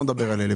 לא מדבר על אלו,